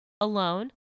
Alone